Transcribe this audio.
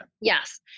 Yes